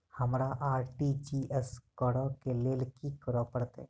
हमरा आर.टी.जी.एस करऽ केँ लेल की करऽ पड़तै?